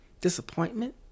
disappointment